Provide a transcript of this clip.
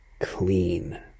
clean